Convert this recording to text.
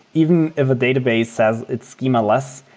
even if a database says it's schema-less,